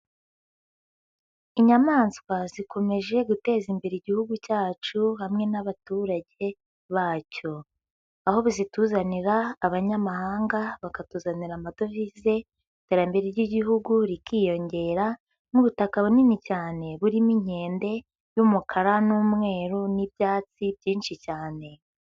Inyamaswa zikomeje guteza imbere Igihugu cyacu hamwe n'abaturage bacyo, aho zituzanira Abanyamahanga bakatuzanira amadovize iterambere ry'igihugu rikiyongera nk'ubutaka bunini cyane burimo inkende y'umukara n'umweru n'ibyatsi byinshi cyane.